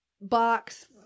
box